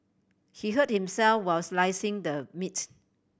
he hurt himself while slicing the meats